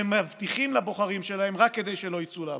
שהם מבטיחים לבוחרים שלהם רק כדי שלא יצאו לעבודה.